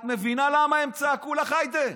את מבינה למה הם צעקו לך "היידה"?